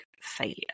failure